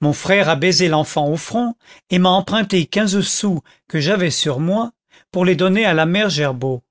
mon frère a baisé l'enfant au front et m'a emprunté quinze sous que j'avais sur moi pour les donner à la mère gerbaud